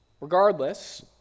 Regardless